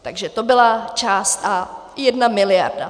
Takže to byla část A jedna miliarda.